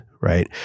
Right